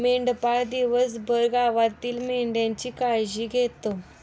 मेंढपाळ दिवसभर गावातील मेंढ्यांची काळजी घेतो